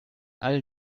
all